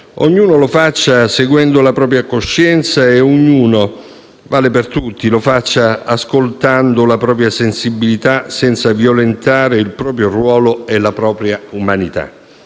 Ognuno lo faccia seguendo la propria coscienza e ognuno - vale per tutti - lo faccia ascoltando la propria sensibilità, senza violentare il proprio ruolo e la propria umanità.